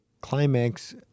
climax